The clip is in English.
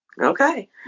Okay